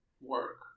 work